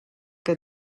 que